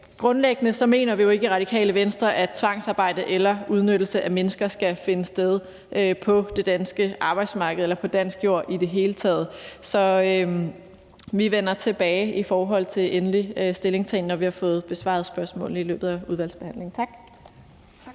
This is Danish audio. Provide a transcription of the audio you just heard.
Grundlæggende mener vi jo ikke i Radikale Venstre, at tvangsarbejde eller udnyttelse af mennesker skal finde sted på det danske arbejdsmarked eller på dansk jord i det hele taget. Så vi vender tilbage med en endelig stillingtagen, når vi har fået besvaret spørgsmålene i løbet af udvalgsbehandlingen. Tak. Kl.